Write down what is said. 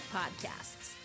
podcasts